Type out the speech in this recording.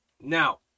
Now